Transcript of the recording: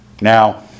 Now